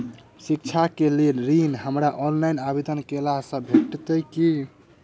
शिक्षा केँ लेल ऋण, हमरा ऑफलाइन आवेदन कैला सँ भेटतय की?